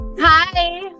Hi